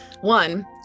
One